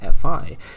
FI